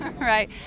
Right